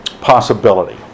possibility